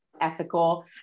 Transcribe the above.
ethical